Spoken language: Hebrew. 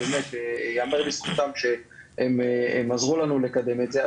ייאמר לזכותם שהם עזרו לנו לקדם את זה.